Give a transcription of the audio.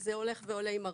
זה הולך ועולה עם הרמות.